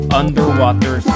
underwater